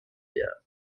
der